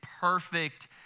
perfect